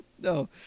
No